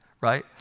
right